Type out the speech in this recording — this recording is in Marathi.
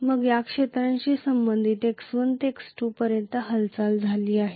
मग या क्षेत्राशी संबंधित x1 ते x2 पर्यंत हालचाल झाली आहे